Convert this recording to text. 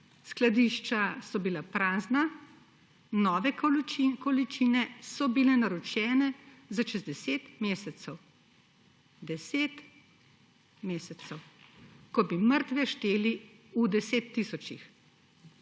Skladišča so bila prazna, nove količine so bile naročene za čez 10 mesecev. 10 mesecev, ko bi mrtve šteli v desettisočih.